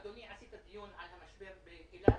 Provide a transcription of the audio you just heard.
אדוני, עשית דיון על המשבר באילת?